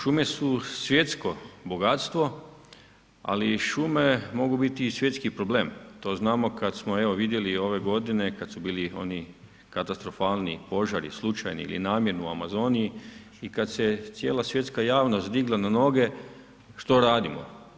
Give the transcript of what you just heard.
Šume su svjetsko bogatstvo ali šume mogu biti i svjetski problem, to znamo kad smo evo vidjeli ove godine, kad su bili oni katastrofalni požari slučajni ili namjerni u Amazoni i kad se cijela svjetska javnost digla na noge što radimo.